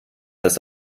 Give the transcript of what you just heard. das